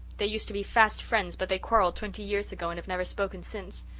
they used to be fast friends but they quarrelled twenty years ago and have never spoken since.